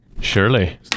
Surely